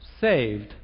saved